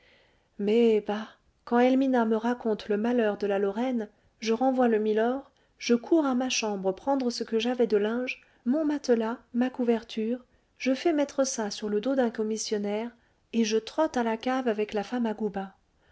mais bah quand helmina me raconte le malheur de la lorraine je renvoie le milord je cours à ma chambre prendre ce que j'avais de linge mon matelas ma couverture je fais mettre ça sur le dos d'un commissionnaire et je trotte à la cave avec la femme à goubin